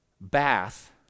bath